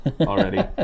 already